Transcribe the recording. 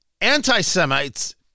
anti-Semites